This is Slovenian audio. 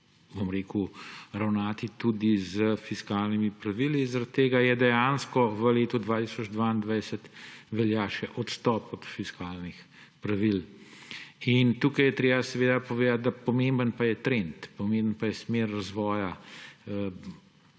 tem pogledu ravnati tudi s fiskalnimi pravili. Zaradi tega dejansko v letu 2022 velja še odstop od fiskalnih pravil. Tukaj je treba seveda povedati, da pomemben pa je trend, pomembna je smer razvoja